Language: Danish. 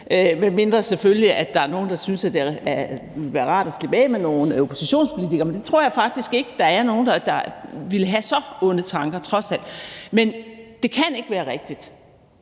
medmindre der selvfølgelig er nogle, der synes, det ville være rart at slippe af med nogle oppositionspolitikere. Men jeg tror faktisk trods alt ikke, at der er nogen, der ville have så onde tanker. Men det kan ikke være rigtigt,